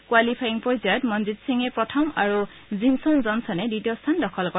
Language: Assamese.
কোৱালিফায়িং পৰ্যায়ত মনজিৎ সিঙে প্ৰথম আৰু জিনছন জনছনে দ্বিতীয় স্থান দখল কৰে